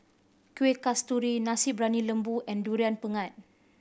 Kueh Kasturi Nasi Briyani Lembu and Durian Pengat